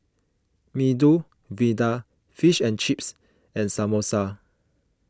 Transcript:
Medu Vada Fish and Chips and Samosa